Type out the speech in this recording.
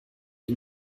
ihm